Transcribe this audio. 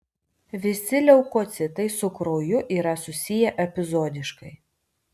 visi leukocitai su krauju yra susiję epizodiškai